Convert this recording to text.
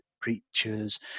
preachers